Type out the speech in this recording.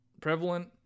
prevalent